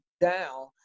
down